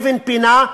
אבן פינה,